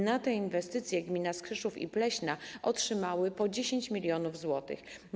Na te inwestycje gmina Skrzyszów i Pleśna otrzymały po 10 mln zł.